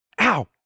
Ow